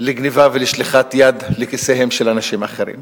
לגנבה ולשליחת יד לכיסיהם של אנשים אחרים.